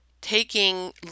taking